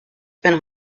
been